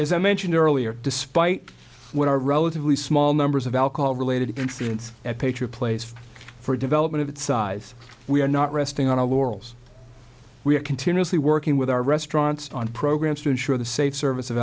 as i mentioned earlier despite what are relatively small numbers of alcohol related incidents at picture places for development of its size we are not resting on our laurels we are continuously working with our restaurants on programs to ensure the safe service of